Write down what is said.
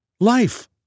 Life